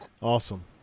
Awesome